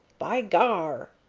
by gar!